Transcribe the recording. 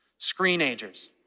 Screenagers